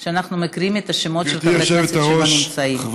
חברת הכנסת רויטל סויד, אינה נוכחת, חבר